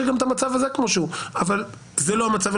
גם את המצב הזה כמו שהוא אבל זה לא המצב.